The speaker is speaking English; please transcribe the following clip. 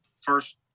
first